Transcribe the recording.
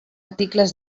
articles